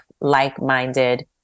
like-minded